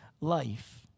life